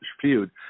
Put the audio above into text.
feud